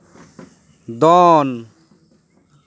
ᱫᱚᱱ